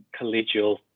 collegial